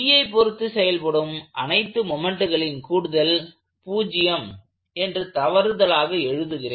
Pஐ பொருத்து செயல்படும் அனைத்து மொமெண்ட்களின் கூடுதல் 0 என்று தவறுதலாக எழுதுகிறேன்